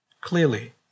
clearly